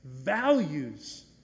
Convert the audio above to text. values